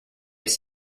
its